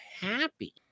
happy